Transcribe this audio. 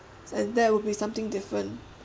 and that would be something different